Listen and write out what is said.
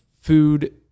food